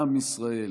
לעם ישראל,